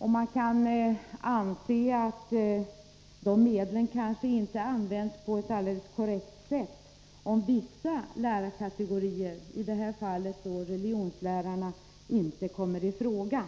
Man kan anse att de medlen kanske inte används på ett alldeles korrekt sätt, om vissa lärarkategorier — i detta fall religionslärarna — inte kommer i fråga.